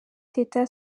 teta